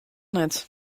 net